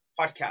Podcast